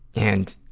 and,